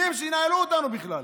מי הם שינהלו אותנו בכלל?